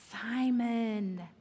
Simon